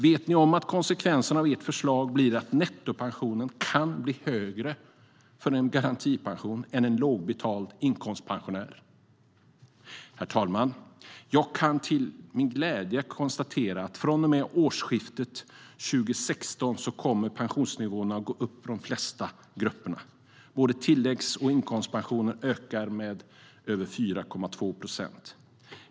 Vet ni om att konsekvensen av ert förslag blir att nettopensionen kan bli högre för en garantipensionär än en lågbetald inkomstpensionär? Herr talman! Jag kan till min glädje konstatera att från och med årsskiftet 2016 kommer pensionsnivåerna att gå upp för de flesta grupperna. Både tilläggs och inkomstpensionen ökar med över 4,2 procent.